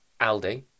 Aldi